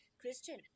Christian